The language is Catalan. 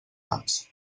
taps